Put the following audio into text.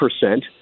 percent